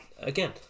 again